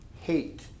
hate